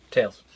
Tails